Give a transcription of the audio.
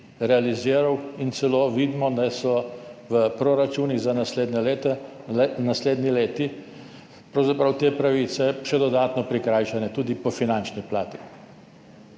realiziral, vidimo celo, da so v proračunih za naslednji leti pravzaprav te pravice še dodatno prikrajšane, tudi po finančni plati.